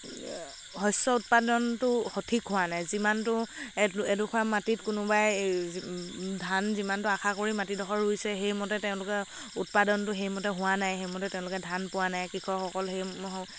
শস্য় উৎপাদনটো সঠিক হোৱা নাই যিমানটো এডোখোৰা মাটিত কোনোবাই ধান যিমানটো আশা কৰি মাটিডোখৰ ৰুইছে সেইমতে তেওঁলোকে উৎপাদনটো সেইমতে হোৱা নাই সেইমতে তেওঁলোকে ধান পোৱা নাই কৃষকসকল সেইমতে